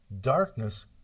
Darkness